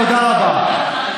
תודה רבה.